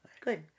Good